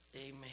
Amen